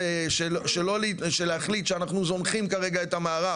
של להחליט שאנחנו זונחים כרגע את המערב